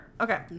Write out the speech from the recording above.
Okay